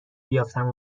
بیفتم